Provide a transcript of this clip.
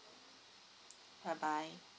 bye bye